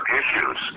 issues